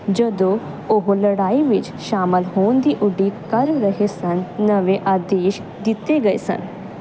ਜਦੋਂ ਉਹ ਲੜਾਈ ਵਿਚ ਸ਼ਾਮਲ ਹੋਣ ਦੀ ਉਡੀਕ ਕਰ ਰਹੇ ਸਨ ਨਵੇਂ ਆਦੇਸ਼ ਦਿੱਤੇ ਗਏ ਸਨ